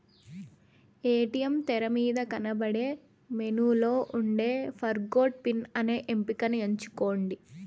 ATM తెరమీద కనబడే మెనూలో ఉండే ఫర్గొట్ పిన్ అనే ఎంపికని ఎంచుకోండి